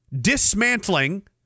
dismantling